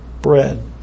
bread